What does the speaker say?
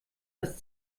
das